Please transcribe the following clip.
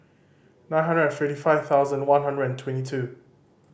nine hundred and fifty five thousand one hundred and twenty two